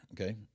okay